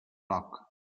luck